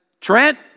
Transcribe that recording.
Trent